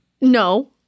No